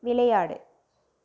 விளையாடு